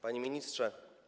Panie Ministrze!